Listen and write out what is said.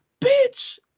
Bitch